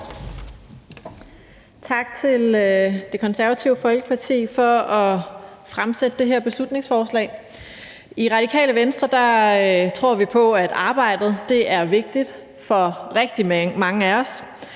Tak til Det Konservative Folkeparti for at fremsætte det her beslutningsforslag. I Radikale Venstre tror vi på, at arbejdet er vigtigt for rigtig mange af os,